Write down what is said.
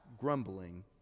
grumbling